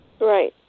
Right